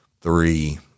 three –